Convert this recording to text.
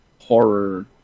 horror